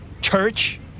Church